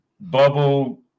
bubble